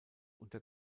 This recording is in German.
unter